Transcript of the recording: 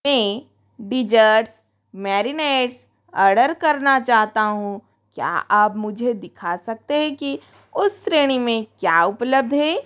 मैं dessert marinade order करना चाहता हूँ क्या आप मुझे दिखा सकते हैं कि उस श्रेणी में क्या उपलब्ध है